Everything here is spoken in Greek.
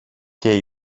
και